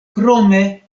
krome